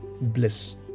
bliss